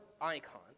icon